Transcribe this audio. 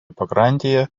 pakrantėje